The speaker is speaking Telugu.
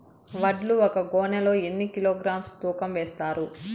వడ్లు ఒక గోనె లో ఎన్ని కిలోగ్రామ్స్ తూకం వేస్తారు?